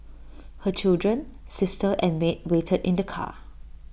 her children sister and maid waited in the car